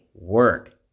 work